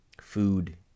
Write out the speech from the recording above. food